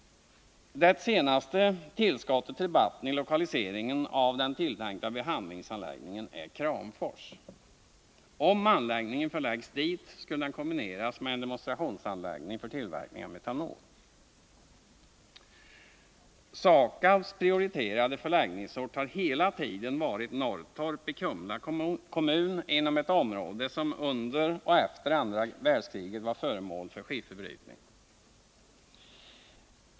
Det senaste tillskottet till debatten om lokaliseringen av den tilltänkta behandlingsanläggningen är Kramfors. Om anläggningen förläggs dit skulle den kombineras med en demonstrationsanläggning för tillverkning av metanol. SAKAB:s prioriterade förläggningsort har hela tiden varit Norrtorp i Kumla kommun inom ett område som under och efter andra världskriget hade skifferbrytning.